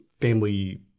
family